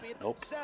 Nope